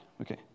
okay